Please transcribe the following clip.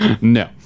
No